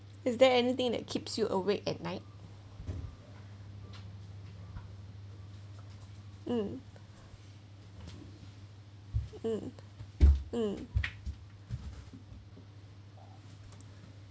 is there anything that keeps you awake at night um um um